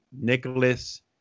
Nicholas